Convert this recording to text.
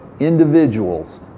Individuals